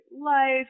life